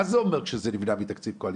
מה זה אומר כשזה נבנה מתקציב קואליציוני,